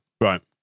Right